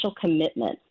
commitment